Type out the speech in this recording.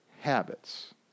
habits